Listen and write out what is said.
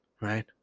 right